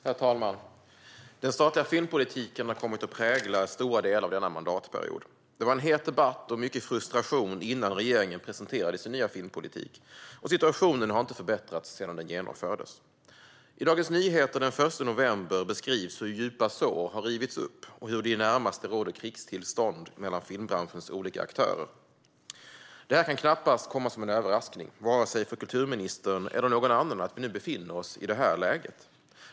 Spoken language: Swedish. Herr talman! Den statliga filmpolitiken har kommit att prägla stora delar av denna mandatperiod. Det var en het debatt och mycket frustration innan regeringen presenterade sin nya filmpolitik. Situationen har inte förbättrats sedan den genomfördes. I Dagens Nyheter den 1 november beskrivs hur djupa sår har rivits upp och hur det i det närmaste råder krigstillstånd mellan filmbranschens olika aktörer. Det kan knappast komma som en överraskning för vare sig kulturministern eller någon annan att vi nu befinner oss i det här läget.